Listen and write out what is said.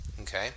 Okay